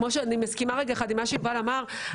אני מסכימה לרגע עם מה שיובל אמר,